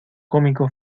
cómico